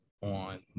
on